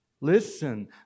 Listen